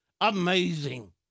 Amazing